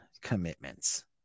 commitments